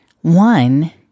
one